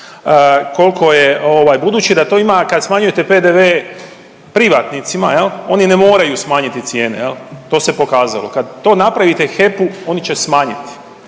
to iznos? Budući da to ima kad smanjujete PDV privatnicima oni ne moraju smanjiti cijene to se pokazalo, kad to napravite HEP-u oni će smanjit